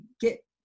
get